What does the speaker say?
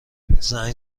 زنگ